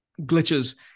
glitches